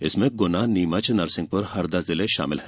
इसमें गुना नीमच नरसिंहपुर हरदा जिले शामिल हैं